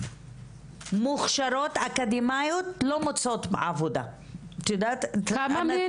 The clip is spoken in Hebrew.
מוכשרות אקדמאיות שלא מוצאות עבודה את יודעת.